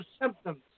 symptoms